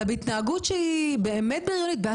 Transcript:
אלא בהתנהגות של השפלות,